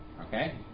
Okay